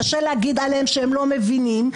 קשה להגיד עליהם שהם לא מבינים.